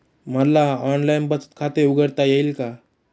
मला ऑनलाइन बचत खाते उघडता येईल का?